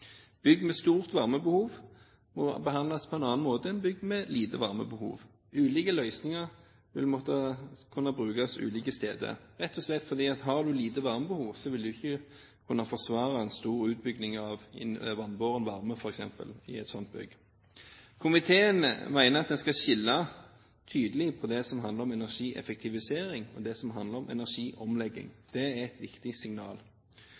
Bygg med stort varmebehov må behandles på en annen måte enn bygg med lite varmebehov. Ulike løsninger vil måtte kunne brukes ulike steder, rett og slett fordi at har du lite varmebehov, vil du ikke kunne forsvare en stor utbygging av vannbåren varme f.eks. i et sånt bygg. Komiteen mener at en skal skille tydelig mellom det som handler om energieffektivisering, og det som handler om energiomlegging. Det er et viktig signal.